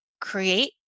create